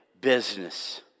business